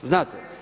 Znate?